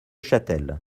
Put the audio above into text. châtel